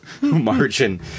margin